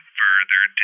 further